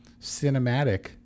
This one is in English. cinematic